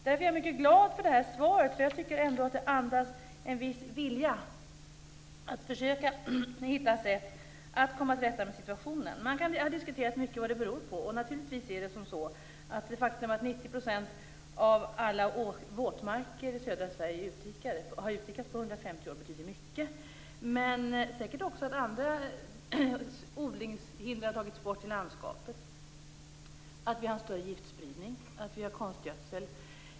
Därför är jag mycket glad för svaret, för jag tycker ändå att det andas en viss vilja att försöka hitta ett sätt att komma till rätta med situationen. Man har diskuterat mycket vad förändringarna beror på. Det faktum att 90 % av alla våtmarker i södra Sverige har utdikats under 150 år betyder naturligtvis mycket. Det beror säkert också på att många andra odlingshinder har tagits bort i landskapet, en större giftspridning och mer konstgödsel.